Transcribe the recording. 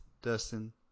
Dustin